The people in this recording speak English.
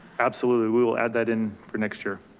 absolutely we'll we'll add that in for next year.